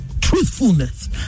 Truthfulness